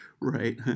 right